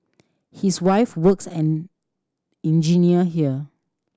his wife works an engineer here